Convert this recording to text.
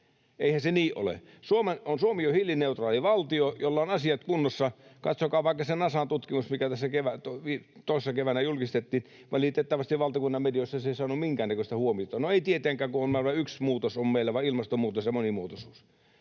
Eihän se niin ole. Suomi on hiilineutraali valtio, jolla on asiat kunnossa — katsokaa vaikka se Nasan tutkimus, mikä tässä toissa keväänä julkistettiin. Valitettavasti valtakunnan medioissa se ei saanut minkäännäköistä huomiota — no, ei tietenkään, kun numerolla yksi on meillä vain ilmastonmuutos ja monimuotoisuus.